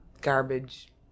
garbage